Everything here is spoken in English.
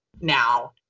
now